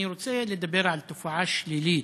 אני רוצה לדבר על תופעה שלילית,